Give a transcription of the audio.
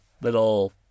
little